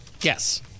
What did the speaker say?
Yes